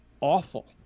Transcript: awful